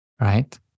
right